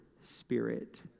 spirit